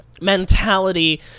mentality